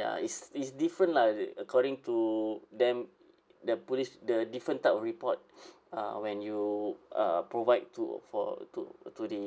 ya it's it's different lah the according to them the police the different type of report uh when you uh provide to for to to the